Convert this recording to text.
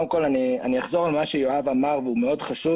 אני אחזור על מה שיואב אמר, והוא מאוד חשוב